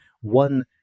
One